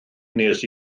wnes